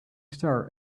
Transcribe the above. star